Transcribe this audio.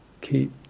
keep